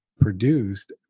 produced